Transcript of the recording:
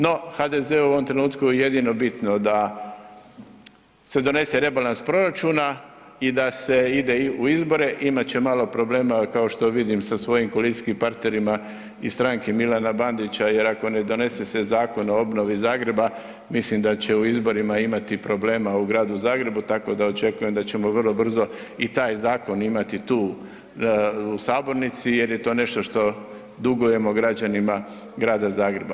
No, HDZ-u je u ovom trenutku jedino bitno da se donese rebalans proračuna i da se ide u izbore, imat će malo problema kao što vidim sa svojim koalicijskim partnerima iz stranke Milana Bandića jer ako ne donose se Zakon o obnovi Zagreba, mislim da će u izborima imati problema u Gradu Zagrebu, tako da očekujem da ćemo vrlo brzo i taj zakon imati tu u sabornici jer je to nešto što dugujemo građanima Grada Zagreba.